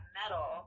metal